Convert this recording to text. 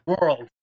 world